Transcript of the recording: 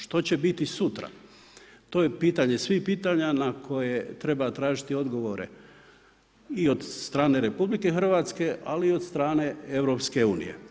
Što će biti sutra to je pitanje svih pitanja na koje treba tražiti odgovore i od strane RH, ali i od strane EU.